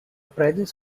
prices